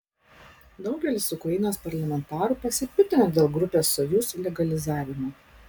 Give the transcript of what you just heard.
daugelis ukrainos parlamentarų pasipiktino dėl grupės sojuz legalizavimo